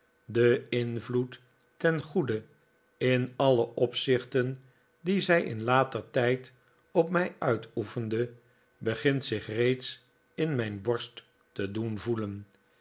de invloed ten goede in alle opzichten dien zij in later tijd op mij uitoefende begint zich reeds in mijn borst te doen voelen